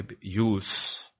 use